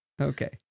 Okay